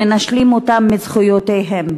שמנשלים אותם מזכויותיהם.